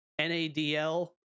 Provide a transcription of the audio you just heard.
NADL